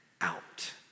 out